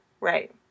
right